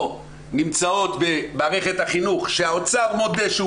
או נמצאות במערכת החינוך שהאוצר מודה שהוא